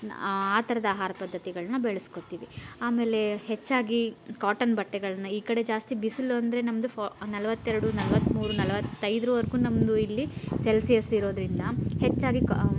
ಆ ಥರದ್ ಆಹಾರ ಪದ್ಧತಿಗಳನ್ನ ಬೆಳೆಸ್ಕೋತೀವಿ ಆಮೇಲೆ ಹೆಚ್ಚಾಗಿ ಕಾಟನ್ ಬಟ್ಟೆಗಳನ್ನ ಈ ಕಡೆ ಜಾಸ್ತಿ ಬಿಸಿಲು ಅಂದರೆ ನಮ್ಮದು ಫೋ ನಲವತ್ತೆರಡು ನಲವತ್ತ್ಮೂರು ನಲವತ್ತೈದರವರ್ಗೂ ನಮ್ಮದು ಇಲ್ಲಿ ಸೆಲ್ಸಿಯಸ್ ಇರೋದರಿಂದ ಹೆಚ್ಚಾಗಿ ಕಾ